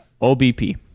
obp